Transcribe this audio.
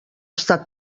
estat